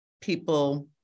people